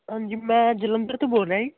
ਹਾਂਜੀ ਮੈਂ ਜਲੰਧਰ ਤੋਂ ਬੋਲ ਰਿਹਾ ਜੀ